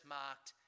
marked